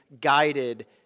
guided